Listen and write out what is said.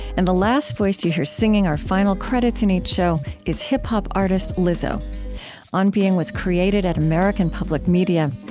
and the last voice you hear, singing our final credits in each show, is hip-hop artist lizzo on being was created at american public media.